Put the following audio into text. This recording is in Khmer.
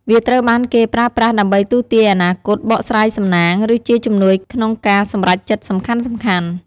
វាត្រូវបានគេប្រើប្រាស់ដើម្បីទស្សន៍ទាយអនាគត បកស្រាយសំណាង ឬជាជំនួយក្នុងការសម្រេចចិត្តសំខាន់ៗ។